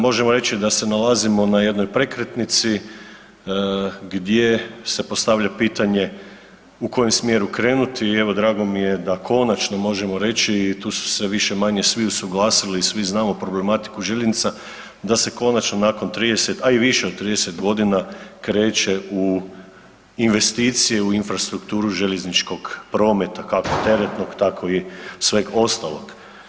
Možemo reći da se nalazimo na jednoj prekretnici gdje se postavlja pitanje u kojem smjeru krenuti i evo drago mi je da konačno možemo reći, tu su se više-manje svi usuglasili i svi znamo problematiku željeznica da se konačno nakon 30, a i više od 30 godina kreće u investicije u infrastrukturu željezničkog prometa kako teretnog tako i sveg ostalog.